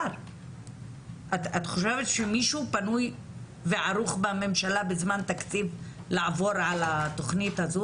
את חושבת שמישהו פנוי וערוך בממשלה בזמן תקציב לעבור על התוכנית הזו?